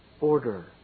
order